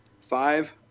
Five